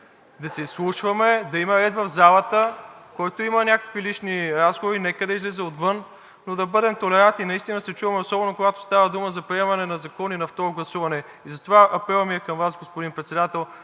Да се изслушваме. Да има ред в залата, който има някакви лични разговори, нека да излиза отвън, но да бъдем толерантни, наистина да се чуваме, особено когато става дума за приемане на закони на второ гласуване. Затова апелът ми е към Вас, господин Председател,